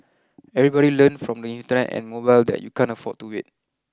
everybody learned from the Internet and mobile that you can't afford to wait